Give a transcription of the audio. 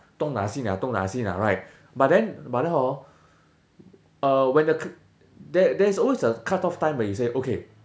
东拿西拿东拿西拿 right but then but then hor uh when the c~ there there is always a cut off time where you say okay